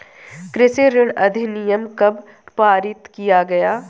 कृषि ऋण अधिनियम कब पारित किया गया?